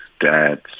dads